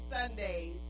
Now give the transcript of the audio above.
sundays